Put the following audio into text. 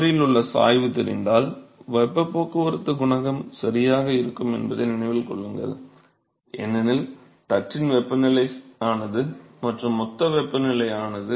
சுவரில் உள்ள சாய்வு தெரிந்தால் வெப்பப் போக்குவரத்து குணகம் சரியாக இருக்கும் என்பதை நினைவில் கொள்ளுங்கள் ஏனெனில் தட்டின் வெப்பநிலை நிலையானது மற்றும் மொத்த வெப்பநிலை நிலையானது